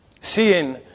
Seeing